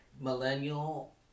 millennial